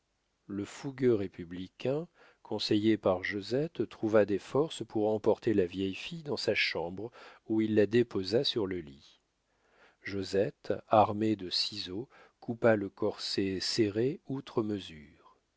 le fougueux républicain conseillé par josette trouva des forces pour emporter la vieille fille dans sa chambre où il la déposa sur le lit josette armée de ciseaux coupa le corset serré outre mesure